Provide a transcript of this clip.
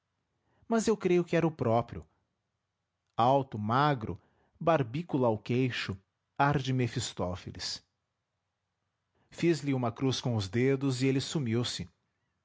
mas eu creio que era o próprio alto magro barbícula ao queixo ar de mefistófeles fiz-lhe uma cruz com os dedos e ele sumiu-se apesar